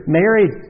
married